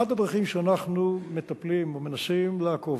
אחת הדרכים שבה אנחנו מטפלים, או מנסים לעקוב,